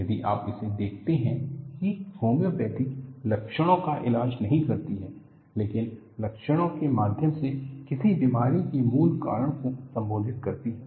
यदि आप इसे देखते हैं कि होम्योपैथी लक्षणों का इलाज नहीं करती है लेकिन लक्षणों के माध्यम से किसी बीमारी के मूल कारण को संबोधित करती है